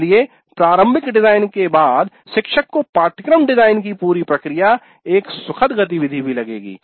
इसलिए प्रारंभिक डिजाइन के बाद शिक्षक को पाठ्यक्रम डिजाइन की पूरी प्रक्रिया एक सुखद गतिविधि भी लगेगी